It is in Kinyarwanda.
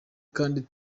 kandi